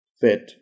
fit